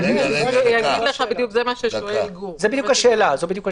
זו בדיוק השאלה.